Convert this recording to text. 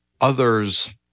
Others